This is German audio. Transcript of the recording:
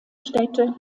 städte